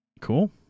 cool